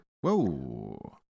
Whoa